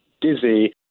dizzy